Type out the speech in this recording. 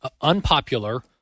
unpopular